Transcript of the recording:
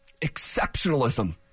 exceptionalism